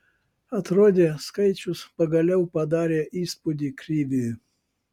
atrodė skaičius pagaliau padarė įspūdį kriviui